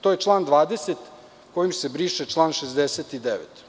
To je član 20. kojim se briše član 69.